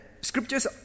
scriptures